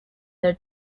their